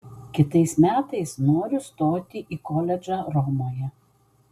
kitais metais noriu stoti į koledžą romoje